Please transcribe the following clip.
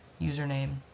Username